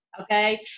okay